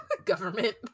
Government